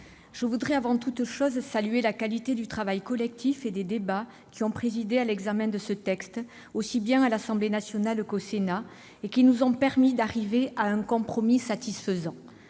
je veux avant toute chose saluer la qualité du travail collectif et des débats qui ont présidé à l'examen de ce texte, aussi bien à l'Assemblée nationale qu'au Sénat, et qui nous ont permis d'arriver à un compromis satisfaisant.